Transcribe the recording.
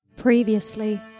Previously